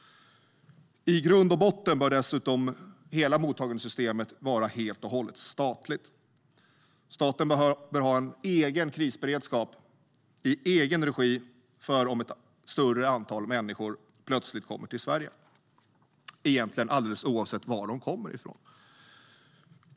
I grund och botten bör dessutom hela mottagandesystemet vara helt och hållet statligt. Staten bör ha en egen krisberedskap i egen regi om ett större antal människor plötsligt kommer till Sverige, egentligen alldeles oavsett varifrån de kommer.